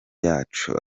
yacu